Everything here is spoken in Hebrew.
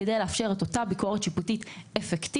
כדי לאפשר את אותה ביקורת שיפוטית אפקטיבית,